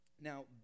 Now